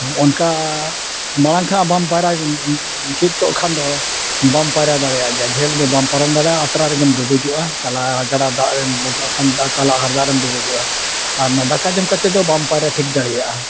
ᱚᱱᱠᱟ ᱢᱟᱲᱟᱝ ᱠᱷᱚᱱᱟᱜ ᱵᱟᱢ ᱯᱟᱭᱨᱟ ᱪᱮᱫ ᱠᱚᱜ ᱠᱷᱟᱱ ᱫᱚ ᱵᱟᱢ ᱯᱟᱭᱨᱟ ᱫᱟᱲᱮᱭᱟᱜ ᱜᱮᱭᱟ ᱡᱷᱟᱹᱞ ᱫᱚ ᱵᱟᱢ ᱯᱟᱨᱚᱢ ᱫᱟᱲᱮᱭᱟᱜᱼᱟ ᱟᱛᱨᱟ ᱨᱮᱜᱮᱢ ᱰᱩᱵᱩᱡᱚᱜᱼᱟ ᱛᱟᱞᱟ ᱜᱟᱰᱟ ᱫᱟᱜ ᱨᱮᱢ ᱫᱚᱱ ᱠᱟᱜ ᱠᱷᱟᱱ ᱛᱟᱞᱟ ᱟᱦᱟᱨ ᱫᱟᱜ ᱨᱮᱢ ᱰᱩᱵᱩᱡᱚᱜᱼᱟ ᱟᱨ ᱚᱱᱟ ᱫᱟᱠᱟ ᱡᱚᱢ ᱠᱟᱛᱮᱫ ᱫᱚ ᱵᱟᱢ ᱯᱟᱭᱨᱟ ᱴᱷᱤᱠ ᱫᱟᱲᱮᱭᱟᱜᱼᱟ